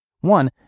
One